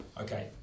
Okay